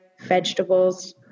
vegetables